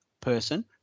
person